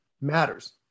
Matters